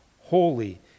holy